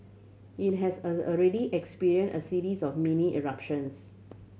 it has already experience a series of mini eruptions